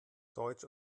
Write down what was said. deutsch